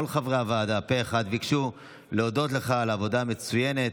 כל חברי הוועדה פה אחד ביקשו להודות לך על עבודה מצוינת